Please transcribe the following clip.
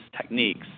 techniques